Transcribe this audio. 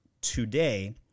today